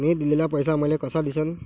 मी दिलेला पैसा मले कसा दिसन?